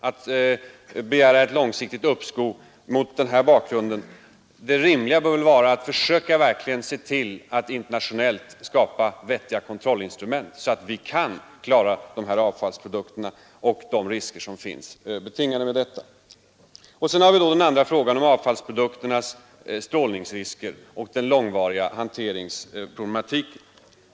Det rimliga bör vara att verkligen försöka se till att internationellt skapa vettiga kontrollinstrument, så att vi kan klara de risker som är förenade med dessa ämnen. För det andra gäller det strålningsriskerna i samband med avfallsprodukterna och den långvariga hanteringsproblematiken.